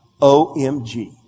OMG